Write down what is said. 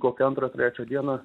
kokią antrą trečią dieną